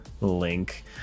link